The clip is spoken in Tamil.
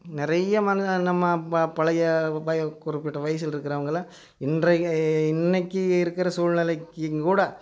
நிறைய மன்ல நம்ம ப பழைய பை குறிப்பிட்ட வயதில் இருக்குறவங்கள்லாம் இன்றைக்கி இன்றைக்கி இருக்கிற சூழ்நிலைக்கிங்கூட